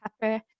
Pepper